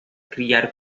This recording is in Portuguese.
criar